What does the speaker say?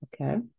okay